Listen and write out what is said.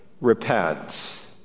repent